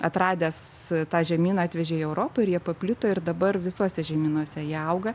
atradęs tą žemyną atvežė į europą ir jie paplito ir dabar visuose žemynuose jie auga